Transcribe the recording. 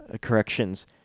corrections